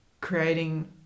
creating